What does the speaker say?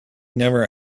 never